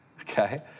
okay